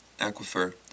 Aquifer